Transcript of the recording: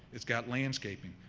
it got landscaping.